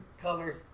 colors